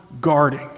guarding